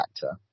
factor